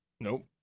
Nope